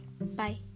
Bye